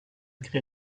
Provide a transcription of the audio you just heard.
crée